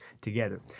together